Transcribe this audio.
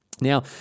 Now